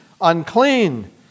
unclean